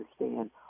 understand